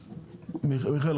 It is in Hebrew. מיכאל,